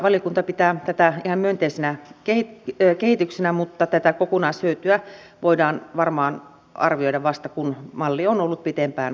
valiokunta pitää tätä ihan myönteisenä kehityksenä mutta tätä kokonaishyötyä voidaan varmaan arvioida vasta kun malli on ollut pitempään käytössä